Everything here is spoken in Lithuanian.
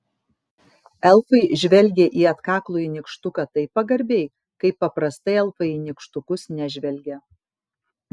elfai žvelgė į atkaklųjį nykštuką taip pagarbiai kaip paprastai elfai į nykštukus nežvelgia